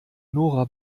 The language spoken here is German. nora